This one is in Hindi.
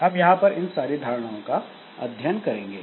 हम यहां इन सारी धारणाओं का अध्ययन करेंगे